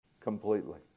completely